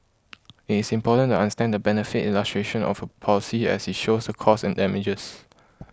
it is important to understand the benefit illustration of a policy as it shows the costs and damages